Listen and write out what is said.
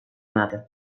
moatte